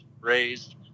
raised